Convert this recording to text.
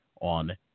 on